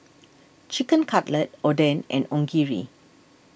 Chicken Cutlet Oden and Onigiri